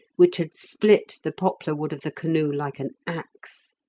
which had split the poplar wood of the canoe like an axe.